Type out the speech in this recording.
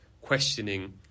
questioning